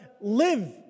live